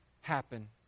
happen